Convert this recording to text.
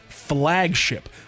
flagship